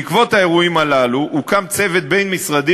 בעקבות האירועים הללו הוקם צוות בין-משרדי